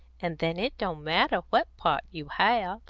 and then it don't matter what part you have.